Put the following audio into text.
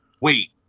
wait